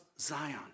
Zion